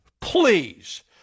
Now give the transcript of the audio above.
please